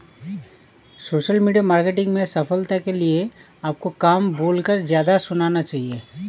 social media marketing में सफलता के लिए आपको कम बोलकर ज्यादा सुनना चाहिए